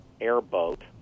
airboat